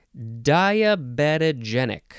Diabetogenic